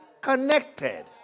connected